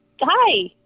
Hi